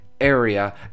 area